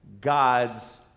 god's